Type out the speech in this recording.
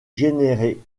générés